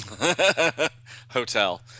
Hotel